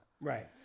Right